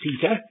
Peter